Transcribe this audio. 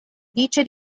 dice